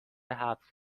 هفت